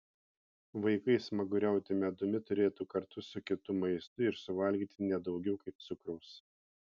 vaikai smaguriauti medumi turėtų kartu su kitu maistu ir suvalgyti ne daugiau kaip cukraus